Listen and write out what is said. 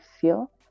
feel